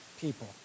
people